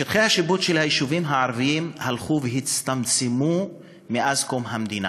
שטחי השיפוט של היישובים הערביים הלכו והצטמצמו מאז קום המדינה.